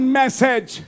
message